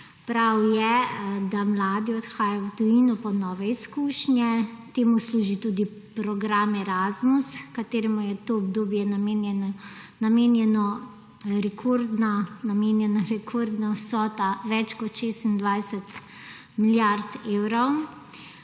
Prav je, da mladi odhajajo v tujino po nove izkušnje. Temu služi tudi program Erasmus, kateremu je to obdobje namenjeno rekordna vsota več kot 26 milijard evrov.